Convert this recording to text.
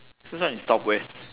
sichuan is southwest